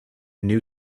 new